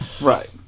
Right